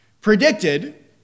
predicted